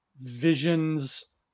visions